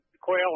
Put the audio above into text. quail